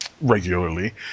regularly